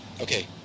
okay